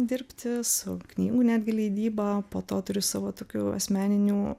dirbti su knygų netgi leidyba po to turiu savo tokių asmeninių